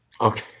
Okay